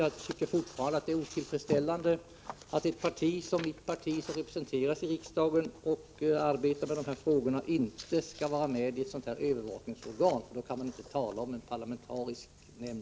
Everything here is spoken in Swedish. Jag tycker fortfarande att det är otillfredsställande att mitt parti, som är representerat i riksdagen och där arbetar med dessa frågor, inte skall vara med i ett sådant här övervakningsorgan. Man kan då inte tala om en parlamentarisk nämnd.